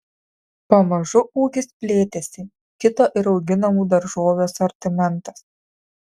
pamažu ūkis plėtėsi kito ir auginamų daržovių asortimentas